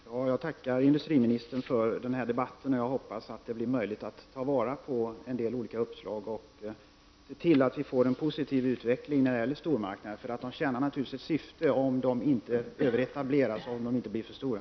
Herr talman! Jag tackar industriministern för denna debatt. Jag hoppas att det blir möjligt att ta vara på en del olika uppslag och se till att vi får en positiv utveckling när det gäller stormarknaderna. Det tjänar naturligtvis ett syfte om etableringarna inte blir för stora.